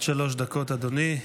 עד שלוש דקות לרשותך, אדוני.